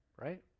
right